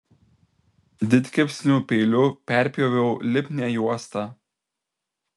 didkepsnių peiliu perpjoviau lipnią juostą